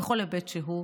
בכל היבט שהוא.